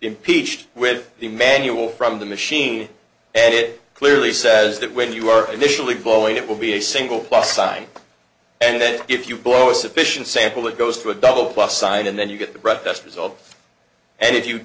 impeached with the manual from the machine and it clearly says that when you are initially polling it will be a single plus sign and then if you blow a sufficient sample it goes through a double plus sign and then you get the